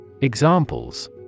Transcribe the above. Examples